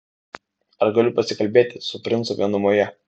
ar galiu pasikalbėti su princu vienumoje